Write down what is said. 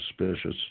suspicious